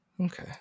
Okay